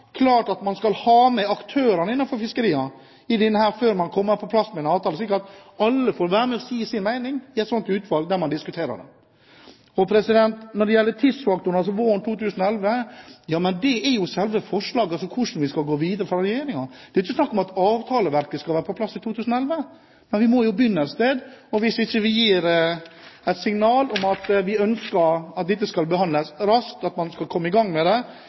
klart at man skal ha med aktørene innenfor fiskeriene før man får på plass en avtale, slik at alle får være med og si sin mening i det utvalget der man diskuterer det. Når det gjelder tidsfaktoren – altså våren 2011 – er jo det selve forslaget fra regjeringen med hensyn til hvordan vi skal gå videre. Det er ikke snakk om at avtaleverket skal være på plass i 2011, men vi må jo begynne et sted. Hvis vi ikke gir et signal om at vi ønsker at dette skal behandles raskt, og at man må komme i gang med det,